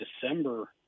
December –